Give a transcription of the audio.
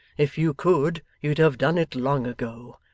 if you could, you'd have done it long ago.